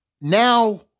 now